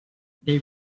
they